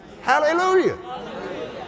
Hallelujah